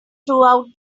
throughout